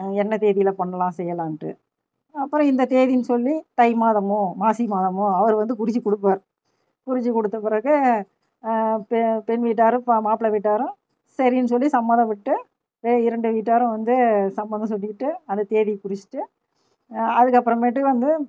என்ன தேதியில் பண்ணலாம் செய்யலாம்ண்டு அப்புறம் இந்த தேதின்னு சொல்லி தை மாதம் மாசி மாதம் அவர் வந்து குறித்து கொடுப்பார் குறித்து கொடுத்த பிறகு பெண் வீட்டாரும் மாப்பிளை வீட்டாரும் சரினு சொல்லி சம்மதம் விட்டு இரண்டு வீட்டாரும் வந்து சம்மதம் சொல்லிட்டு அந்த தேதியை குறித்துட்டு அதுக்கு அப்புறமேட்டு வந்து